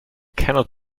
cannot